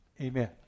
amen